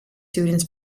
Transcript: students